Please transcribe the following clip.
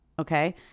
Okay